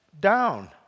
down